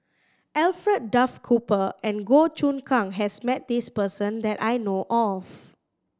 Alfred Duff Cooper and Goh Choon Kang has met this person that I know of